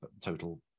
total